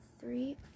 three